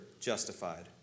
justified